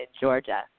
Georgia